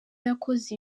yakoze